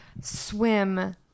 swim